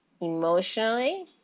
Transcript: Emotionally